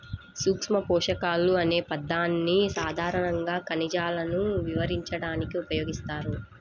సూక్ష్మపోషకాలు అనే పదాన్ని సాధారణంగా ఖనిజాలను వివరించడానికి ఉపయోగిస్తారు